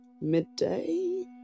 midday